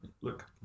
Look